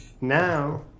now